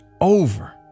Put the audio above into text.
over